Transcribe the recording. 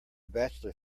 bachelor